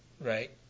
Right